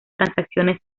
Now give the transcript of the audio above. transacciones